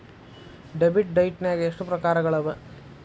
Debit ಡೈಟ್ನ್ಯಾಗ್ ಎಷ್ಟ್ ಪ್ರಕಾರಗಳವ?